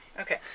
Okay